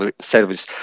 service